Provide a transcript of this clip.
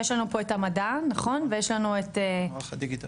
יש לנו פה את המדע ויש לנו פה את מערך הדיגיטל,